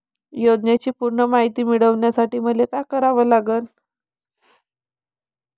योजनेची पूर्ण मायती मिळवासाठी मले का करावं लागन?